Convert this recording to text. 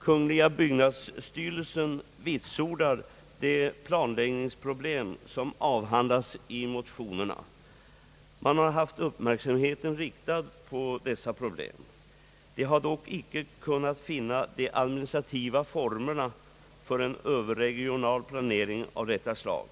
Kungl. byggnadsstyrelsen vitsordar de planläggningsproblem som avhandlats i motionerna. Man har haft uppmärksamheten riktad på dessa problem, men har inte kunnat finna de administrativa formerna för en överregional planering av detta slag.